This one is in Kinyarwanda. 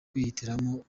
kwihitiramo